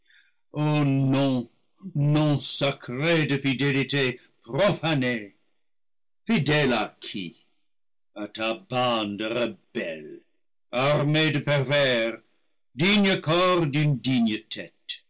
o nom nom sacré de fidélité profanée fidèle à qui à ta bande rebelle armée de pervers digne corps d'une digne tête